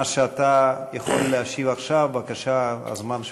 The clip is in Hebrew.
מה שאתה יכול להשיב עכשיו, בבקשה, הזמן שלך.